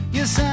Yes